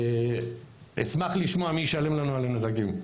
אני אשמח לשמוע מי ישלם לנו על הנזקים.